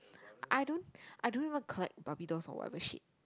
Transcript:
I don't I don't even collect Barbie dolls or whatever shit